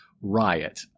riot